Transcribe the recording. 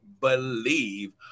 believe